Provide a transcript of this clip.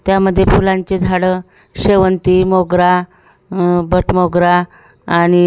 त्यामध्ये फुलांची झाडं शेवंती मोगरा बटमोगरा आणि